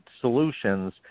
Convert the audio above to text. solutions